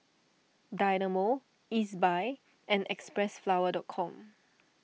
Dynamo Ezbuy and Xpressflower dot com